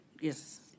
Yes